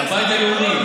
הבית הלאומי.